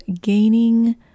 gaining